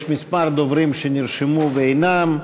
יש כמה דוברים שנרשמו ואינם.